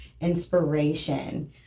inspiration